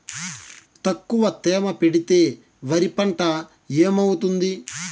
తక్కువ తేమ పెడితే వరి పంట ఏమవుతుంది